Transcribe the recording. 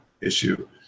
issue